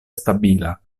stabila